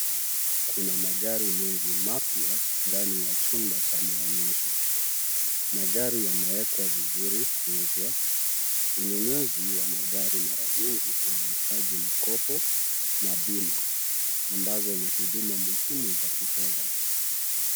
Kuna magari mengi mapya ndani ya chumba cha maonyesho. Magari yameekwa vizuri kuuzwa. Ununuzi wa magari mara nyingi unahitaji mkopo na bima ambazo ni huduma muhimu za kifedha.